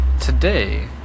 today